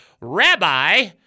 Rabbi